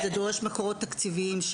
וזה דורש מקורות תקציביים,